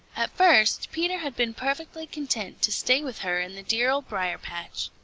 at first peter had been perfectly content to stay with her in the dear old briar-patch.